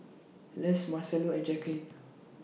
Les Marcello and Jacquelin